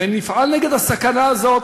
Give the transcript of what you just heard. ונפעל נגד הסכנה הזאת,